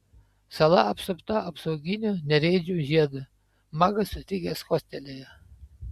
sala apsupta apsauginiu nereidžių žiedu magas sutrikęs kostelėjo